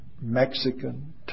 Mexican